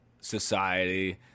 society –